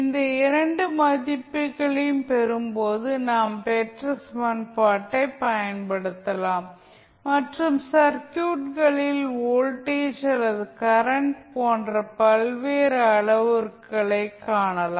இந்த இரண்டு மதிப்புகளைப் பெறும்போது நாம் பெற்ற சமன்பாட்டைப் பயன்படுத்தலாம் மற்றும் சர்க்யூட்களில் வோல்டேஜ் அல்லது கரண்ட் போன்ற பல்வேறு அளவுருக்களை காணலாம்